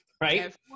right